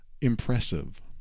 impressive